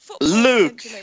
Luke